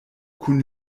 kun